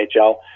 NHL